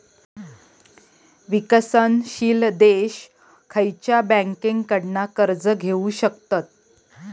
विकसनशील देश खयच्या बँकेंकडना कर्ज घेउ शकतत?